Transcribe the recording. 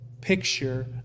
picture